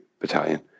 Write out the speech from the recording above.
battalion